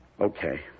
Okay